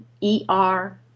E-R